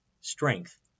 strength